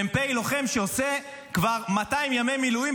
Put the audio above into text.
מ"פ לוחם שעשה כבר 200 ימי מילואים,